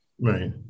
Right